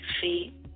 feet